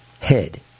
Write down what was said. head